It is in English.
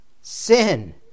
sin